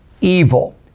evil